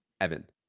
Evan